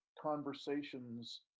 conversations